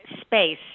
space